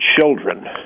children